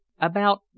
About